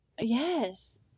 Yes